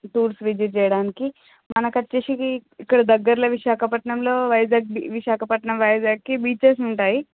tours visit చేయడానికి మనకి వచ్చేసి ఇక్కడ దగ్గర్లో విశాఖపట్నంలో వైజాగ్ విశాఖపట్నం వైజాగ్కి బీచెస్ ఉంటాయి